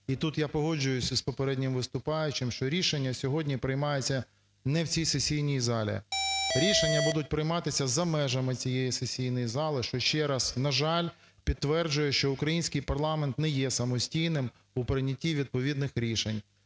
і тут я погоджуюся з попереднім виступаючим, що рішення сьогодні приймаються не в цій сесійній залі, рішення будуть прийматися за межами цієї сесійної зали, що ще раз, на жаль, підтверджує, що український парламент не є самостійним у прийнятті відповідних рішень.